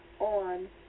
on